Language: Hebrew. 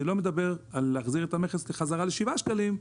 אני לא מדבר על להחזיר את המכס בחזרה לשבעה שקלים.